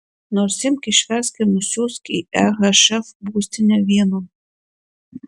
nors imk išversk ir nusiųsk į ehf būstinę vienon